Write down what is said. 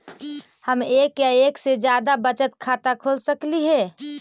हम एक या एक से जादा बचत खाता खोल सकली हे?